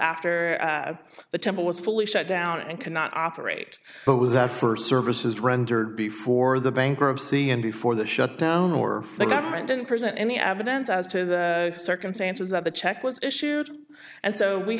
after the temple was fully shut down and cannot operate it was our first services rendered before the bankruptcy and before the shutdown or the government didn't present any evidence as to the circumstances that the check was issued and so we